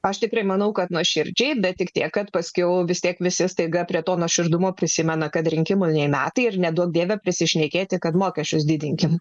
aš tikrai manau kad nuoširdžiai bet tik tiek kad paskiau vis tiek visi staiga prie to nuoširdumo prisimena kad rinkimo nei metai ir neduok dieve prisišnekėti kad mokesčius didinkim